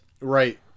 Right